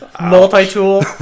Multi-tool